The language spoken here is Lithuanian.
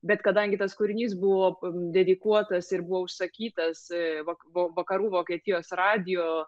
bet kadangi tas kūrinys buvo dedikuotas ir buvo užsakytas vakvo vakarų vokietijos radijo